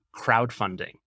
crowdfunding